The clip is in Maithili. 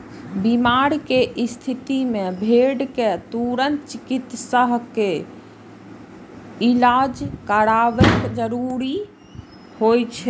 बीमारी के स्थिति मे भेड़ कें तुरंत चिकित्सक सं इलाज करायब जरूरी होइ छै